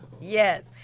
Yes